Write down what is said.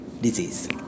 disease